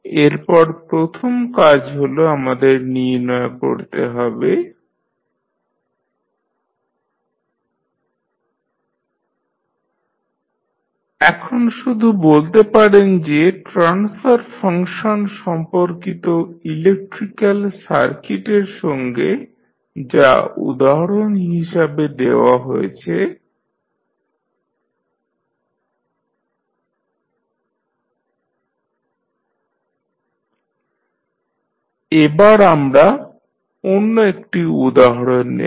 এরপরে প্রথম কাজ হল আমাদের নির্ণয় করতে হবে এখন শুধু বলতে পারেন যে ট্রান্সফার ফাংশন সম্পর্কিত ইলেকট্রিক্যাল সার্কিটের সঙ্গে যা উদাহরণ হিসাবে দেওয়া হয়েছে এবার আমরা অন্য একটি উদাহরণ নেবো